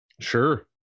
Sure